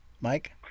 Mike